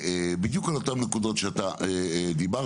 בדיוק על אותן נקודות שאתה דיברת,